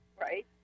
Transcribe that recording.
right